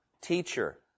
teacher